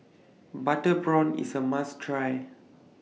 Butter Prawn IS A must Try